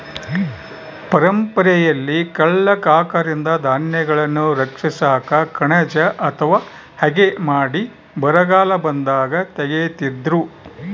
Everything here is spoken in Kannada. ಪರಂಪರೆಯಲ್ಲಿ ಕಳ್ಳ ಕಾಕರಿಂದ ಧಾನ್ಯಗಳನ್ನು ರಕ್ಷಿಸಾಕ ಕಣಜ ಅಥವಾ ಹಗೆ ಮಾಡಿ ಬರಗಾಲ ಬಂದಾಗ ತೆಗೀತಿದ್ರು